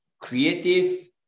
creative